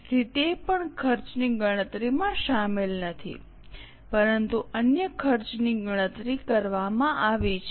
તેથી તે પણ ખર્ચની ગણતરીમાં શામેલ નથી પરંતુ અન્ય ખર્ચની ગણતરી કરવામાં આવી છે